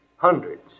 Hundreds